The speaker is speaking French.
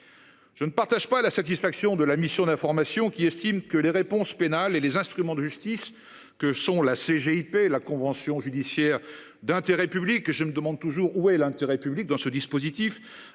Je ne partage pas la satisfaction de la mission d'information qui estime que les réponses pénales et les instruments de justice que sont la CGIP, la convention judiciaire d'intérêt public que je me demande toujours où est l'intérêt public dans ce dispositif,